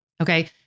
Okay